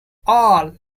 all